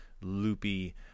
loopy